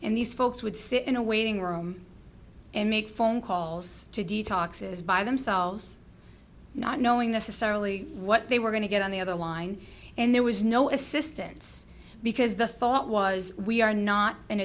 and these folks would sit in a waiting room and make phone calls to detox is by themselves not knowing this is certainly what they were going to get on the other line and there was no assistance because the thought was we are not